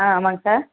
ஆ ஆமாங்க சார்